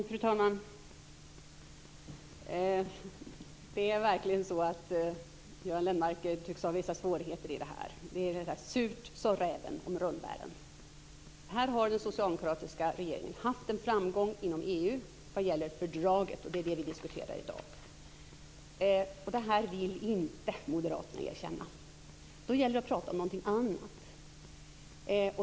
Fru talman! Göran Lennmarker tycks verkligen ha vissa svårigheter med detta: Surt, sade räven om rönnbären. Den socialdemokratiska regeringen har haft en framgång i EU när det gäller fördraget, och det är det som vi diskuterar i dag. Detta vill moderaterna inte erkänna. Då gäller det att tala om någonting annat.